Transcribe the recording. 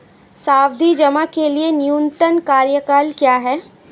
सावधि जमा के लिए न्यूनतम कार्यकाल क्या है?